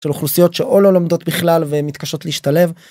אוכלוסיות שאו לא לומדות בכלל ומתקשות להשתלב.